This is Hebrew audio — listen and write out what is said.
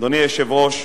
אדוני היושב-ראש,